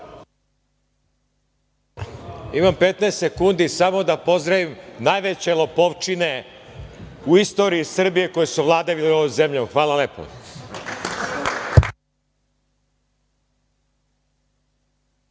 Imam 15 sekundi samo da pozdravim najveće lopovčine u istoriji Srbije koji su vladali ovom zemljom. Hvala lepo.